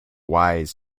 wise